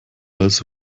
als